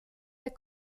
der